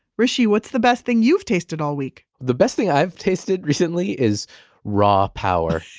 hrishi, what's the best thing you've tasted all week? the best thing i've tasted recently is raw power